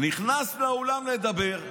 נכנס לאולם לדבר,